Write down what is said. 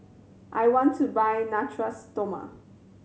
I want to buy Natura Stoma